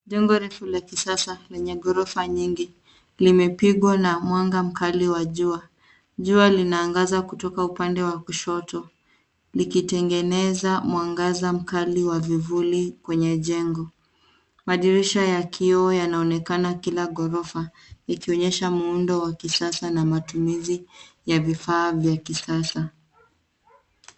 Jengo refu la kisasa lenye gorofa nyingi limepigwa na mwanga mkali wa jua. Jua linaagaza kutoka upande wa kushoto lilitegeneza mwangaza mkali wa vivuli kwenye jengo. Masirisha ya kioo yanaonekana kila gorofa likionyesha muundo wa kisasa na matumizi ya vifaa vya kisasa.